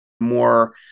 more